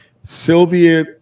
Sylvia